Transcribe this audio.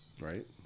Right